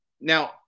Now